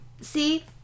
See